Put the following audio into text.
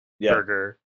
burger